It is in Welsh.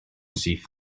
syth